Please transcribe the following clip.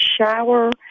shower